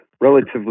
relatively